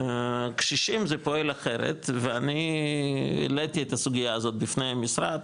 ובקשישים זה פועל אחרת ואני העליתי את הסוגייה הזאת בפני המשרד,